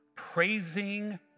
Praising